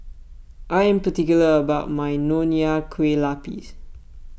I am particular about my Nonya Kueh Lapis